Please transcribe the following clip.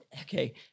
Okay